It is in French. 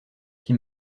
qui